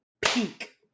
peak